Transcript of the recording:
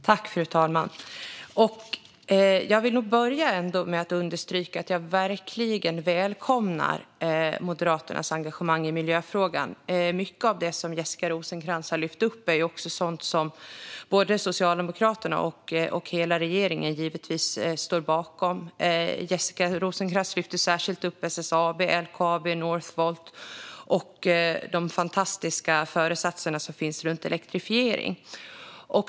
Fru talman! Jag vill börja med att understryka att jag verkligen välkomnar Moderaternas engagemang i miljöfrågan. Mycket av det som Jessica Rosencrantz har lyft upp är också sådant som Socialdemokraterna och givetvis hela regeringen står bakom. Jessica Rosencrantz lyfte särskilt upp SSAB, LKAB, Northvolt och de fantastiska föresatserna som finns när det gäller elektrifiering.